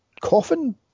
coffin